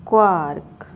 quark